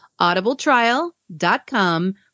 audibletrial.com